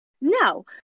No